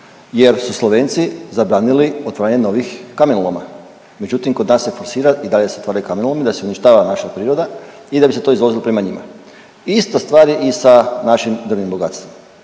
jer su Slovenci zabranili otvaranje novih kamenoloma. Međutim, kod nas se forsira, i dalje se otvaraju kamenolomi, da se uništava naša priroda i da bi se to izvozilo prema njima. Ista stvar je i sa našim drvenim bogatstvom.